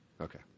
Okay